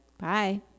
Bye